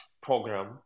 program